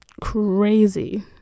crazy